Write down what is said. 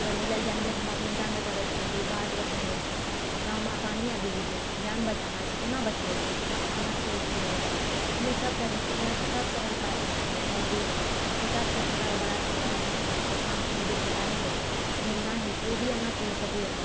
अगर हेलय लेल जानबै तऽ हम अपनो जान बचाबै सकै छी बाढ़ि रऽ समय छै गाममे पानि आबि गेलै जान बचाना छै केना बचेबै जान आना चाहिए हेलय लेल आदमी सभतरह सभतरह कार्य आना चाहिए चाहे जे हौ छोटासँ ले छोटा बड़ासँ ले बड़ा तक काम आ छोटा नहि होइ छै हेलना होइ छै ओ भी आना चाहिए सभी आओरकेँ